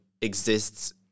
exists